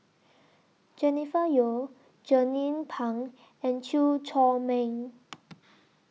Jennifer Yeo Jernnine Pang and Chew Chor Meng